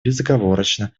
безоговорочно